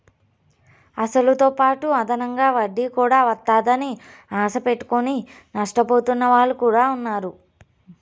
అసలుతోపాటు అదనంగా వడ్డీ కూడా వత్తాదని ఆశ పెట్టుకుని నష్టపోతున్న వాళ్ళు కూడా ఉన్నారు